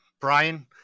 Brian